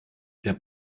der